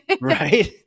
Right